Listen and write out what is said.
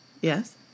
Yes